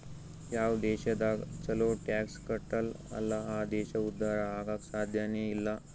ಯಾವ್ ದೇಶದಾಗ್ ಛಲೋ ಟ್ಯಾಕ್ಸ್ ಕಟ್ಟಲ್ ಅಲ್ಲಾ ಆ ದೇಶ ಉದ್ಧಾರ ಆಗಾಕ್ ಸಾಧ್ಯನೇ ಇಲ್ಲ